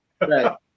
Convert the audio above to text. Right